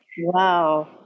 Wow